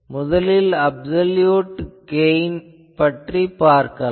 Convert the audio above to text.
முதலில் absolute gain பற்றிப் பார்க்கலாம்